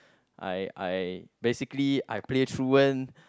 I I basically I play truant